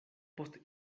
post